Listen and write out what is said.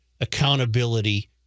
accountability